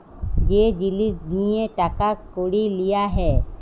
যে জিলিস দিঁয়ে টাকা কড়ি লিয়া হ্যয়